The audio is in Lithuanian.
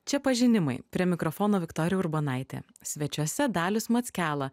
čia pažinimai prie mikrofono viktorija urbonaitė svečiuose dalius mackela